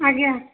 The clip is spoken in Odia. ଆଜ୍ଞା